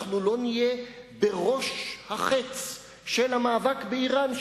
לא נהיה בראש החץ של המאבק באירן.